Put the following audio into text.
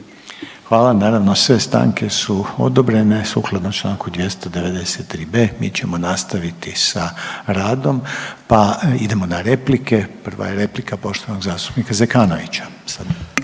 Hvala. Naravno sve stanke su odobrene. Sukladno čl. 293.b mi ćemo nastaviti sa radom, pa idemo na replike. Prva je replika poštovanog zastupnika Zekanovića.